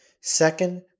Second